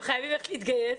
הם חייבים ללכת להתגייס,